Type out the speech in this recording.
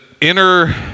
inner